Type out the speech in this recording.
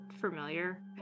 familiar